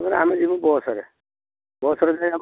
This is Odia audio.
ମୁଁ କହିଲି ଆମେ ଯିବୁ ବସ୍ରେ ବସ୍ରେ ଯାଇ ଆମେ